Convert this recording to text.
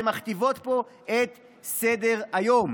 שמכתיבות פה את סדר-היום.